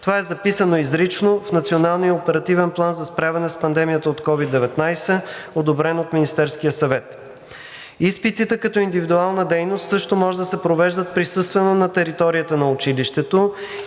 Това е записано изрично в Националния оперативен план за справяне с пандемията от COVID-19, одобрен от Министерския съвет. Изпитите като индивидуална дейност също може да се провеждат присъствено на територията на училището